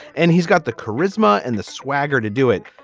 and he's got the charisma and the swagger to do it,